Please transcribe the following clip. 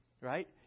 right